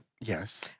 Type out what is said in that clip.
Yes